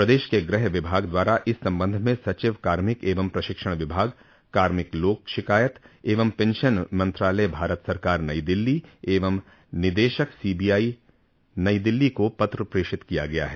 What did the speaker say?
प्रदेश के गृह विभाग द्वारा इस संबंध में सचिव कार्मिक एवं प्रशिक्षण विभाग कार्मिक लोक शिकायत एवं पेंशन मंत्रालय भारत सरकार नई दिल्ली एवं निदशक सीबीआई नई दिल्ली को पत्र प्रेषित किया गया है